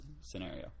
scenario